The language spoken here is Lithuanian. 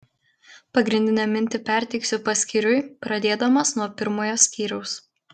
pagrindinę mintį perteiksiu paskyriui pradėdamas nuo pirmojo skyriaus